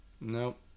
Nope